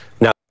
Now